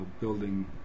building